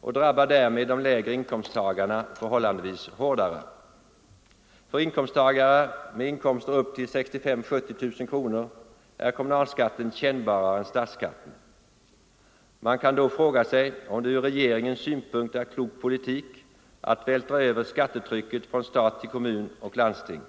och drabbar därmed de lägre inkomsttagarna förhållandevis hårdare. För inkomsttagare med inkomster upp till 65 000 å 70 000 kronor är kommunalskatten kännbarare än statsskatten. Man kan då fråga sig om det ur regeringens synpunkt är klok politik att vältra över skattetrycket från stat till kommun och landsting.